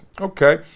Okay